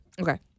Okay